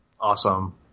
awesome